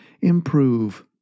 improve